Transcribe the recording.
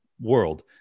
world